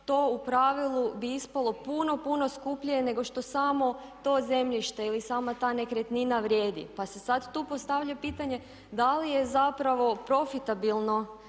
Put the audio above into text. to u pravilu bi ispalo puno, puno skupljije nego što samo to zemljište, ili sama ta nekretnina vrijedi pa se sad tu postavlja pitanje da li je zapravo profitabilno